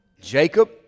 Jacob